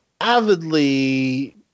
avidly